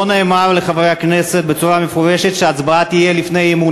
לא נאמר לחברי הכנסת בצורה מפורשת שההצבעה תהיה לפני האי-אמון.